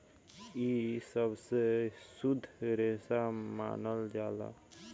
इ सबसे शुद्ध रेसा मानल जाला